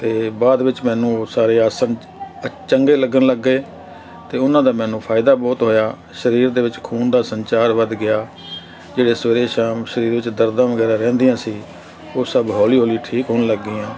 ਅਤੇ ਬਾਅਦ ਵਿੱਚ ਮੈਨੂੰ ਉਹ ਸਾਰੇ ਆਸਨ ਚੰਗੇ ਲੱਗਣ ਲੱਗ ਗਏ ਅਤੇ ਉਹਨਾਂ ਦਾ ਮੈਨੂ ਫਾਇਦਾ ਬਹੁਤ ਹੋਇਆ ਸਰੀਰ ਦੇ ਵਿੱਚ ਖੂਨ ਦਾ ਸੰਚਾਰ ਵੱਧ ਗਿਆ ਜਿਹੜੇ ਸਵੇਰੇ ਸ਼ਾਮ ਸਰੀਰ ਵਿੱਚ ਦਰਦਾਂ ਵਗੈਰਾ ਰਹਿੰਦੀਆਂ ਸੀ ਉਹ ਸਭ ਹੌਲੀ ਹੌਲੀ ਠੀਕ ਹੋਣ ਲੱਗ ਗਈਆਂ